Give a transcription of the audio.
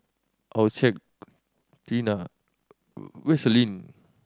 Accucheck Tena Vaselin